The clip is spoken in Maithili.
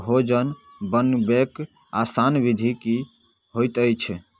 भोजन बनबैक आसान विधि की होइत अछि